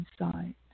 inside